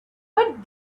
but